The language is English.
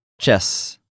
Chess